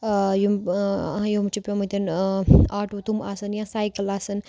یِم یِم چھِ پیٚمٕتٮ۪ن آٹوٗ تِم آسَن یا سایکَل آسَن